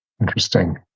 Interesting